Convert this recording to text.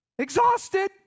Exhausted